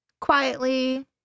quietly